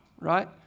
Right